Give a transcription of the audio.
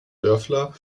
dörfler